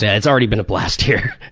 yeah it's already been a blast here.